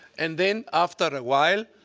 and then after a while,